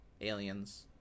aliens